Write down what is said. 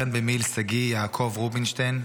סרן במיל' שגיא יעקב רובינשטיין,